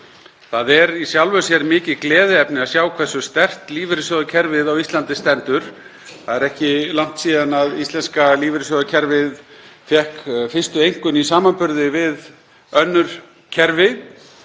Það er í sjálfu sér mikið gleðiefni að sjá hversu sterkt lífeyrissjóðakerfið á Íslandi stendur. Það er ekki langt síðan íslenska lífeyrissjóðakerfið fékk fyrstu einkunn í samanburði við önnur kerfi.